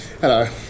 hello